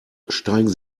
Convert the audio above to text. steigen